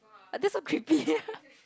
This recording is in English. that's so creepy